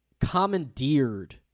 commandeered